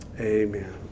Amen